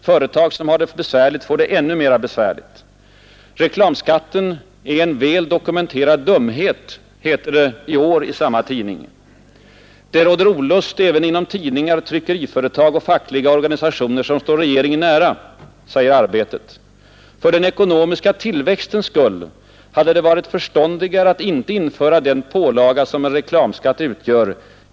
Företag som har det besvärligt får det ännu mera besvärligt.” ”Reklamskatten är en väl dokumenterad dumhet”, heter det i år i samma tidning. ”Det råder olust även inom tidningar, tryckeriföretag och fackliga organisationer som står regeringen nära”, säger Arbetet. ”För den ekonomiska tillväxtens skull hade det varit förståndigare att inte införa den pålaga som en reklamskatt utgör.